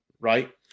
Right